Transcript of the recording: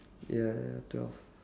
ya twelve